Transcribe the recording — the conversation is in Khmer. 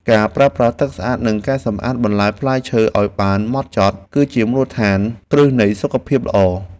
ការប្រើប្រាស់ទឹកស្អាតនិងការសម្អាតបន្លែផ្លែឈើឱ្យបានហ្មត់ចត់ គឺជាមូលដ្ឋានគ្រឹះនៃសុខភាពល្អ។